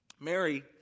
Mary